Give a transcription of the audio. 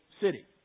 city